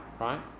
right